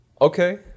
Okay